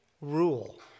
rule